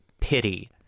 pity